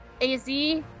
AZ